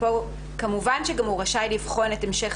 ופה כמובן שהוא גם רשאי לבחון את המשך